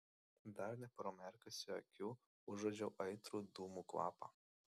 dar nepramerkusi akių užuodžiau aitrų dūmų kvapą